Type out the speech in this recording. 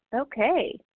Okay